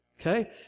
Okay